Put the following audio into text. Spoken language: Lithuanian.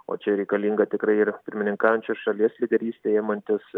o čia reikalinga tikrai ir pirmininkaujančios šalies lyderystė imantis